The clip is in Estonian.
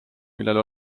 millel